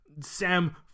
Sam